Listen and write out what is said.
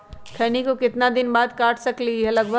खैनी को कितना दिन बाद काट सकलिये है लगभग?